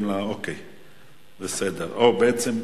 השר ביקש.